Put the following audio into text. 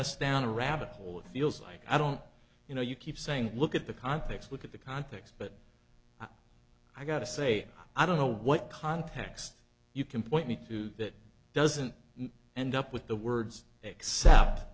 us down a rabbit hole it feels like i don't you know you keep saying look at the context look at the context but i got to say i don't know what context you can point me to that doesn't end up with the words except